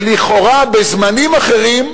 ולכאורה בזמנים אחרים,